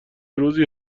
روزی